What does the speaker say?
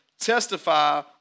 testify